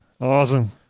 Awesome